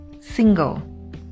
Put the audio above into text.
single